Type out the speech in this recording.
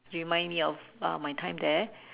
remind me of uh my time there